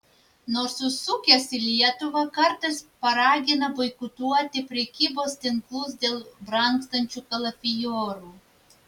nors užsukęs į lietuvą kartais paragina boikotuoti prekybos tinklus dėl brangstančių kalafiorų